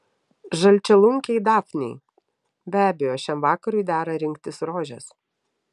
žalčialunkiai dafnei be abejo šiam vakarui dera rinktis rožes